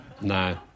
No